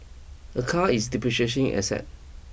a car is depreciation asset